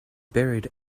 buried